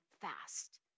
fast